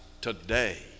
today